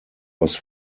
was